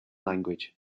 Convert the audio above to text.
language